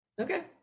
okay